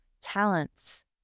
talents